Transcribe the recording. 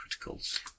Criticals